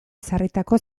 ezarritako